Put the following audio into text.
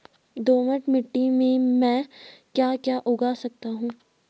दोमट मिट्टी में म ैं क्या क्या उगा सकता हूँ?